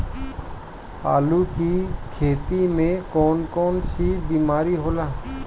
आलू की खेती में कौन कौन सी बीमारी होला?